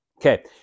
Okay